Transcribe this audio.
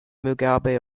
mugabe